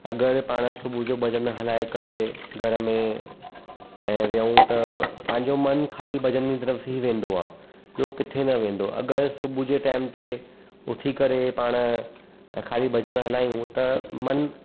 अगरि पाण सुबुह जो भॼनु हलाए करे घर में ऐं विहऊं त पंहिंजो मनु ख़ाली भॼन जी तरफ़ु ई वेंदो आहे ॿियो किथे न वेंदो आहे अगरि सुबुह जे टाइम ते उथी करे पाण ख़ाली भॼनु हलायूं त मनु